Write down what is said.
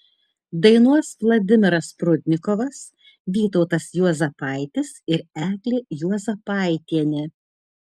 dainuos vladimiras prudnikovas vytautas juozapaitis ir eglė juozapaitienė